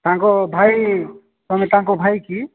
ତାଙ୍କ ଭାଇ ତୁମେ ତାଙ୍କ ଭାଇ କି